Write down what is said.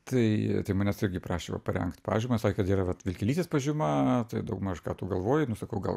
tai tai manęs irgi prašė va parengt pažymą sakė kad yra vilkelytės pažyma tai daugmaž ką tu galvoji nu sakau